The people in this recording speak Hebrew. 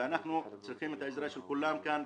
ואנחנו צריכים את העזרה של כולם כאן,